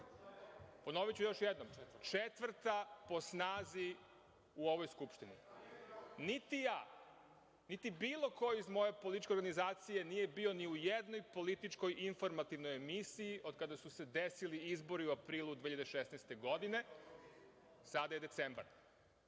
Ponoviću još jednom – četvrta po snazi u ovoj Skupštini. Niti ja, niti bilo ko iz moje političke organizacije nije bio ni u jednoj političkoj informativnoj emisiji od kada su se desili izbori u aprilu 2016. godine, a sada je decembar.